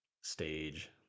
stage